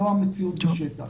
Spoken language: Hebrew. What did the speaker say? זו המציאות בשטח.